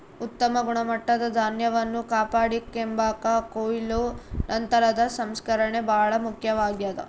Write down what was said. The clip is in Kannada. ಉತ್ತಮ ಗುಣಮಟ್ಟದ ಧಾನ್ಯವನ್ನು ಕಾಪಾಡಿಕೆಂಬಾಕ ಕೊಯ್ಲು ನಂತರದ ಸಂಸ್ಕರಣೆ ಬಹಳ ಮುಖ್ಯವಾಗ್ಯದ